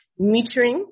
metering